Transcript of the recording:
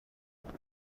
اومد